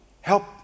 help